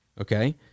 okay